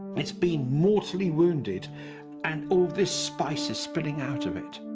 it's been mortally wounded and all this spice is spitting out of it.